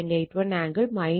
81 angle 21